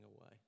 away